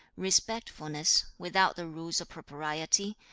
respectfulness, without the rules of propriety,